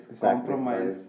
Compromise